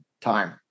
time